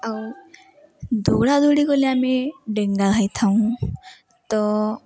ଆଉ ଦୌଡ଼ା ଦୌଡ଼ି କଲେ ଆମେ ଡେଙ୍ଗା ହେଇଥାଉଁ ତ